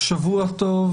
שבוע טוב,